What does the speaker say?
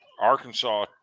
Arkansas